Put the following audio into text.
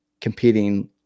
competing